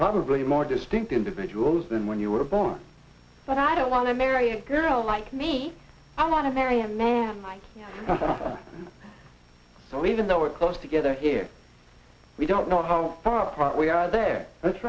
probably more distinct individuals than when you were born but i don't want to marry a girl like me i want to marry a man so even though a close together here we don't know how far apart we are there that's